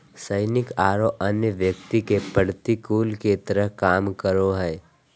सैनिक औरो अन्य व्यक्ति के प्रतिकूल के तरह काम करो हइ